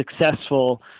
successful